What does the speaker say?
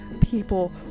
people